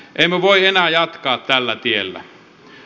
emme voi enää jatkaa tällä tiellä